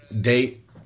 date